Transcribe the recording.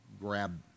grab